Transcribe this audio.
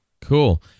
Cool